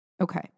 Okay